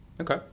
okay